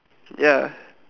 ya